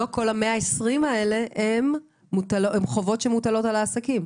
לא כל ה-120 האלה הם חובות שמוטלים על העסקים.